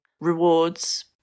rewards